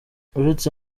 uretse